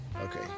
Okay